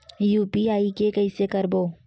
UPI के कइसे करबो?